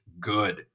good